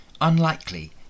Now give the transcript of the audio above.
unlikely